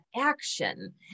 action